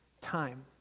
time